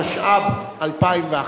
התשע"ב 2011,